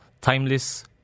Timeless